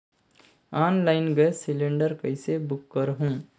Online gas cylinder कइसे book करहु?